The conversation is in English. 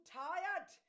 tired